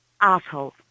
asshole